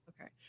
Okay